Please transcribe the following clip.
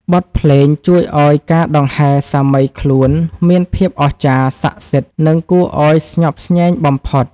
បទភ្លេងជួយឱ្យការដង្ហែសាមីខ្លួនមានភាពអស្ចារ្យ សក្ដិសិទ្ធិ និងគួរឱ្យស្ញប់ស្ញែងបំផុត។